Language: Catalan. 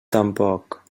tampoc